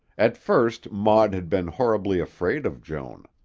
at first maud had been horribly afraid of joan.